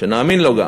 שנאמין לו גם.